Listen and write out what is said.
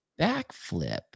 backflip